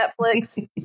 Netflix